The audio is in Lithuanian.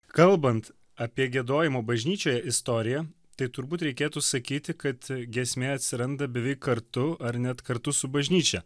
kalbant apie giedojimo bažnyčioje istoriją tai turbūt reikėtų sakyti kad giesmė atsiranda beveik kartu ar net kartu su bažnyčia